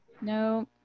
no